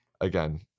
again